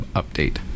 update